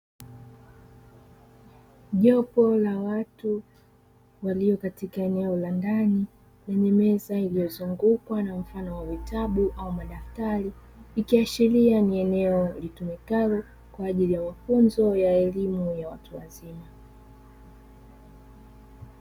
Jopo la watu walio katika eneo la ndani lenye meza iliyozungukwa na mfano wa vitabu au madaftari, ikiashiria ni eneo litumikalo kwa ajili mafunzo ya elimu ya watu wazima.